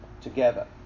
together